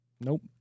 Nope